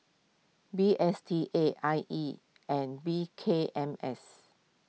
D S T A I E and P K M S